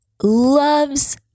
loves